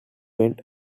went